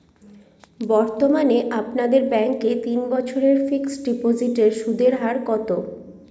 বর্তমানে আপনাদের ব্যাঙ্কে তিন বছরের ফিক্সট ডিপোজিটের সুদের হার কত?